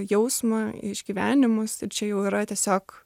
jausmą išgyvenimus ir čia jau yra tiesiog